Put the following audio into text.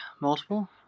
multiple